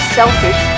selfish